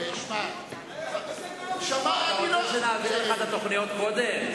אתה רוצה שנעביר אליך את התוכניות קודם?